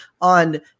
on